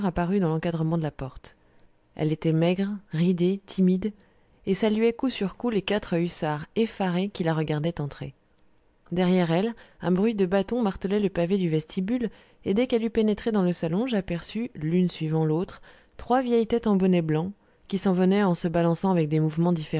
apparut dans l'encadrement de la porte elle était maigre ridée timide et saluait coup sur coup les quatre hussards effarés qui la regardaient entrer derrière elle un bruit de bâtons martelait le pavé du vestibule et dès qu'elle eut pénétré dans le salon j'aperçus l'une suivant l'autre trois vieilles têtes en bonnet blanc qui s'en venaient en se balançant avec des mouvements